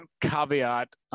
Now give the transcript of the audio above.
caveat